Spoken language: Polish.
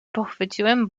pochwyciłem